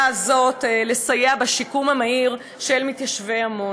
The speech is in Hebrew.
הזאת לסייע בשיקום המהיר של מתיישבי עמונה.